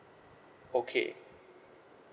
okay